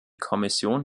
kommission